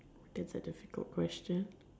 that's a difficult question